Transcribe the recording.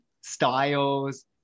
styles